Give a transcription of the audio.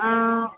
ஆ